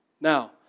Now